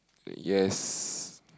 yes